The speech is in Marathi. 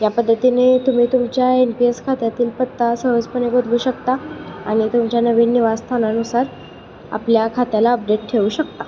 या पद्धतीने तुम्ही तुमच्या एन पी एस खात्यातील पत्ता सहजपणे बदलू शकता आणि तुमच्या नवीन निवासस्थानानुसार आपल्या खात्याला अपडेट ठेवू शकता